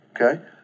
Okay